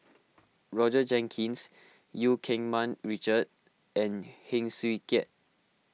Roger Jenkins Eu Keng Mun Richard and Heng Swee Keat